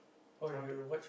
somet~